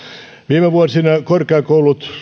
viime vuosina korkeakoulut